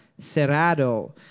cerrado